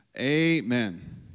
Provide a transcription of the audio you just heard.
amen